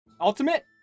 ultimate